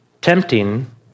tempting